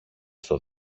στο